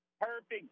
Perfect